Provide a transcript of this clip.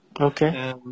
Okay